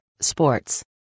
sports